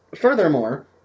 Furthermore